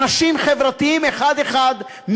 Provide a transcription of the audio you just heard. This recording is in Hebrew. אנשים חברתיים אחד-אחד,